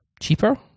cheaper